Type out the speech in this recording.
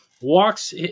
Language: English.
walks